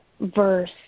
verse